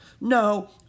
No